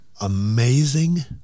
amazing